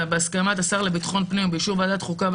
בהסכמת השר לביטחון הפנים ובאישור ועדת החוקה חוק